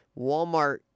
Walmart